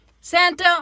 Santa